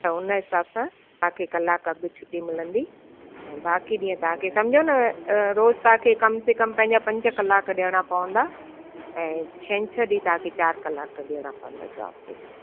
त उन हिसाब सां तव्हां खे कलाक अॻु छुटी मिलंदी ऐं बाक़ी ॾींहं तव्हां खे समिझो न रोजु तव्हां खे कम से कम पंहिंजा पंज कलाक ॾियणा पवंदा ऐं छंछरु ॾींहुं तव्हां खे चार कलाक ॾियणा पवंदा जॉब जे लाइ